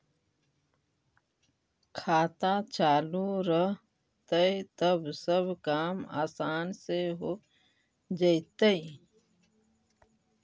खाता चालु रहतैय तब सब काम आसान से हो जैतैय?